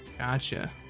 Gotcha